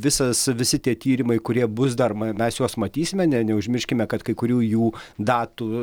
visas visi tie tyrimai kurie bus dar mes juos matysime ne neužmirškime kad kai kurių jų datų